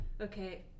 okay